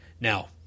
Now